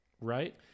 right